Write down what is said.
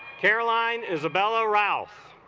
caroline isabella ralph